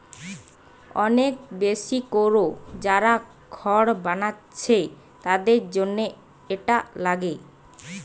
অনেক বেশি কোরে যারা খড় বানাচ্ছে তাদের জন্যে এটা লাগে